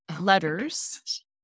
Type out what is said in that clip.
letters